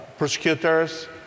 prosecutors